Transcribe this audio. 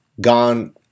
gone